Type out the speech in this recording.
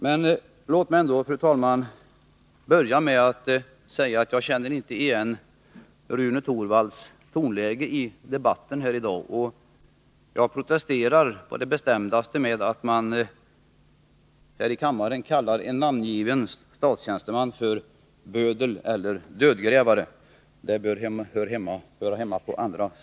Men låt mig ändå, fru talman, säga att jag inte känner igen Rune Torwalds tonläge i debatten här i dag. Jag protesterar på det bestämdaste mot att man här i kammaren kallar en namngiven statstjänsteman för dödgrävare.